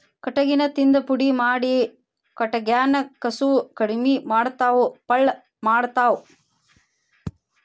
ಕಟಗಿನ ತಿಂದ ಪುಡಿ ಮಾಡಿ ಕಟಗ್ಯಾನ ಕಸುವ ಕಡಮಿ ಮಾಡತಾವ ಪಳ್ಳ ಮಾಡತಾವ